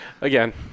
Again